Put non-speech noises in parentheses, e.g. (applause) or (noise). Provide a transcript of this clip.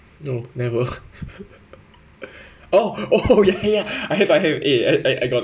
no never (laughs) oh ya ya ya I have I have eh I I got